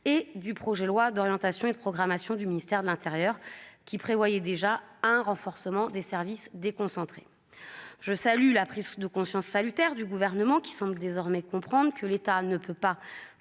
et du projet de loi d'orientation et de programmation du ministère de l'Intérieur qui prévoyait déjà un renforcement des services déconcentrés, je salue la prise de conscience salutaire du gouvernement qui sont désormais comprendre que l'État ne peut pas